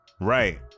right